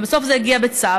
ובסוף זה הגיע בצו.